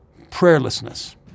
prayerlessness